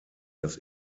das